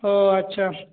ଓ ଆଚ୍ଛା